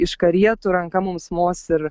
iš karietų ranka mums mos ir